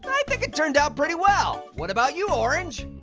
i think it turned out pretty well. what about you, orange?